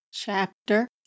Chapter